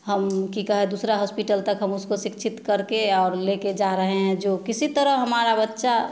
हम कि कहे दूसरा हॉस्पिटल तक हम उसको शिक्षित करके और लेके जा रहे हैं जो किसी तरह हमारा बच्चा